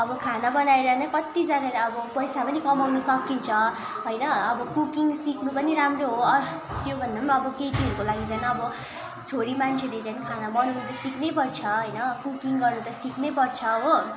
अब खाना बनाएर नै कतिजनाले अब पैसा पनि कमाउनु सकिन्छ होइन अब कुकिङ सिक्नु पनि राम्रो हो त्यो भन्दा पनि अब केटीहरूको लागि झन् अब छोरी मान्छेले झन् खाना बनाउनु सिक्नैपर्छ होइन कुकिङ गर्नु त सिक्नैपर्छ हो